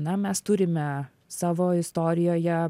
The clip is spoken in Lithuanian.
na mes turime savo istorijoje